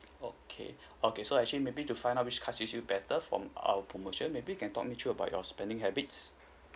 okay okay so I actually may need to find out which cards fits you better from our promotion maybe you can talk me through about your spending habits